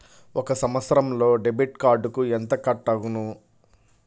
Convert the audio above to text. ఒక సంవత్సరంలో డెబిట్ కార్డుకు ఎంత కట్ అగును?